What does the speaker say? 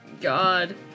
God